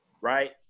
right